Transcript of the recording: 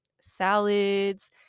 salads